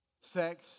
Sex